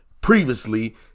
previously